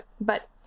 But-